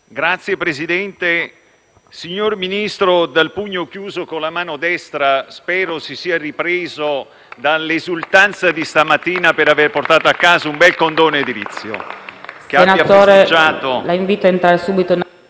*(PD)*. Signor Ministro dal pugno chiuso con la mano destra, spero si sia ripreso dall'esultanza di stamattina per aver portato a casa un bel condono edilizio.